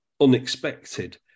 unexpected